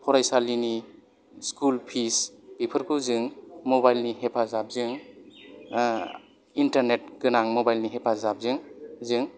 फरायसालिनि school fees बेफोरखौ जों मबाइलनि हेफाजाबजों इन्टारनेट गोनां मबाइलनि हेफाजाबजों जों